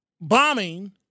bombing